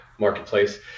marketplace